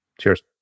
Cheers